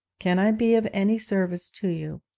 can i be of any service to you